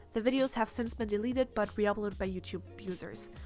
the videos have since been deleted but reuploaded by youtube users.